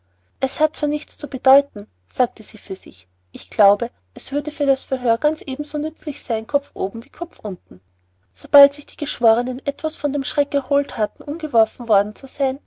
es hat zwar nichts zu bedeuten sagte sie für sich ich glaube es würde für das verhör ganz eben so nützlich sein kopfoben wie kopfunten sobald sich die geschwornen etwas von dem schreck erholt hatten umgeworfen worden zu sein